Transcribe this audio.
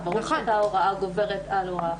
ברור שאותה הוראה גוברת על הוראה אחרת.